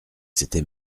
c’était